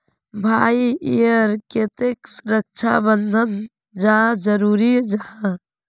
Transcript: भाई ईर केते रक्षा प्रबंधन चाँ जरूरी जाहा?